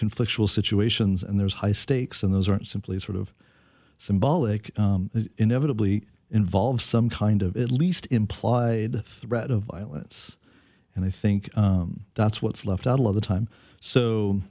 conflictual situations and there's high stakes and those aren't simply sort of symbolic inevitably involve some kind of at least implied threat of violence and i think that's what's left out all of the time so